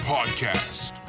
Podcast